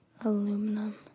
aluminum